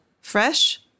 fresh